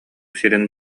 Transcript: сирин